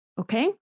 Okay